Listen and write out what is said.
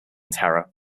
terror